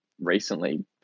recently